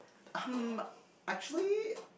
um actually